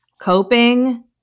coping